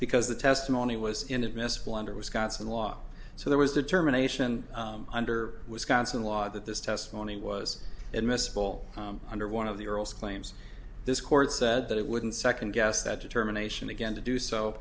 because the testimony was inadmissible under wisconsin law so there was determination under wisconsin law that this testimony was admissible under one of the urls claims this court said that it wouldn't second guess that determination again to do so